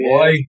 Boy